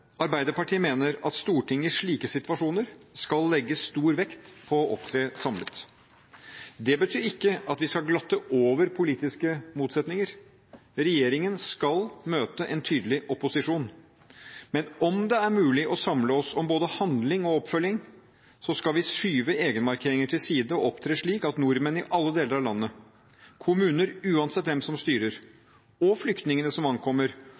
Arbeiderpartiet mener at Stortinget i slike situasjoner skal legge stor vekt på å opptre samlet. Det betyr ikke at vi skal glatte over politiske motsetninger. Regjeringen skal møte en tydelig opposisjon, men om det er mulig å samle oss om både handling og oppfølging, skal vi skyve egenmarkeringer til side og opptre slik at nordmenn i alle deler av landet, kommuner, uansett hvem som styrer, og flyktningene som ankommer,